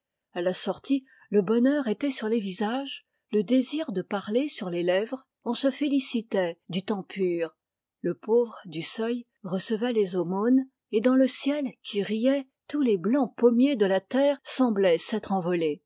a la sortie le bonheur était sur les visages le désir de parler sur les lèvres on se félicitait du temps pur le pauvre du seuil recevait les aumônes et dans le ciel qui riait tous les blancs pommiers de la terre semblaient s'être envolés